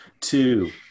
two